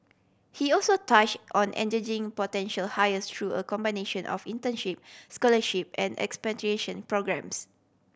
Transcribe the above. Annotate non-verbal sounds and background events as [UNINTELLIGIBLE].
he also touch on engaging potential hires through a combination of internship scholarship and [UNINTELLIGIBLE] programmes